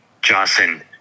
Johnson